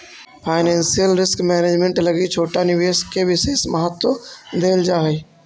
financial risk management लगी छोटा निवेश के विशेष महत्व देल जा हई